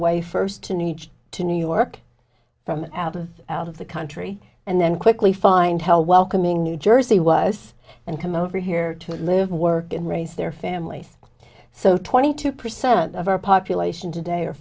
way first to new each to new york from out of out of the country and then quickly find how welcoming new jersey was and come over here to live work and raise their families so twenty two percent of our population today